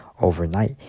overnight